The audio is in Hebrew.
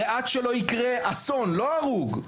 הרי עד שלא יקרה אסון לא הרוג,